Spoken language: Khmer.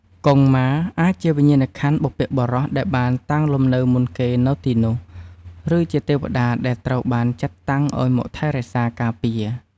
កុងម៉ា អាចជាវិញ្ញាណក្ខន្ធបុព្វបុរសដែលបានតាំងលំនៅមុនគេនៅទីនោះ ឬជាទេវតាដែលត្រូវបានចាត់តាំងឲ្យមកថែរក្សាការពារ។